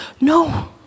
No